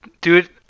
Dude